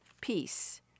peace